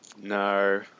No